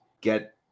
get